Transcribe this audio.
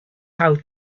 how